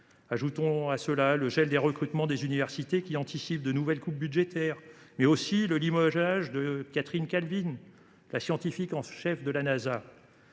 également le gel des recrutements des universités, qui anticipent de nouvelles coupes budgétaires, ou encore le limogeage de Katherine Calvin, la scientifique en chef de la Nasa.